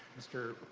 mr.